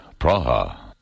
Praha